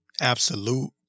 absolute